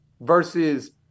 versus